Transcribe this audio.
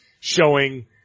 showing